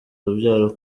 urubyaro